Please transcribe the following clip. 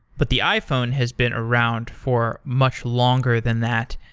but the iphone has been around for much longer than that.